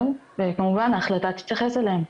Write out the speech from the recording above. וכמובן ההחלטה תתייחס אליהם.